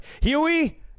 Huey